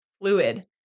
fluid